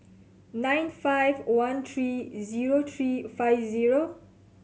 nine five one three zero three five zero